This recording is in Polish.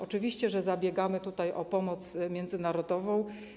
Oczywiście zabiegamy tutaj o pomoc międzynarodową.